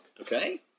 Okay